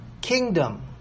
kingdom